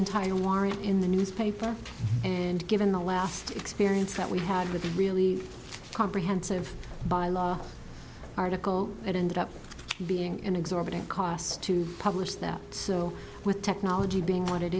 entire warrant in the newspaper and given the last experience that we had with a really comprehensive by law article that ended up being an exorbitant cost to publish that so with technology being what it